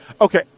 Okay